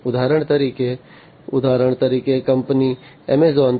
ઉદાહરણ તરીકે ઉદાહરણ તરીકે કંપની એમેઝોન